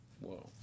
Whoa